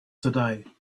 today